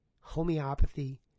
homeopathy